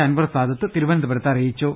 അൻവർ സാദത്ത് തിരു വനന്തപുരത്ത് അറിയിച്ചു